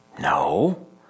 No